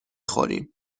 خوریم